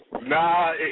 Nah